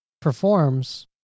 performs